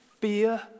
fear